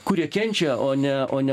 kurie kenčia o ne o ne